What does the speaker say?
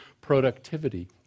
productivity